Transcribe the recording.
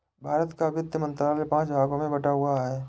भारत का वित्त मंत्रालय पांच भागों में बटा हुआ है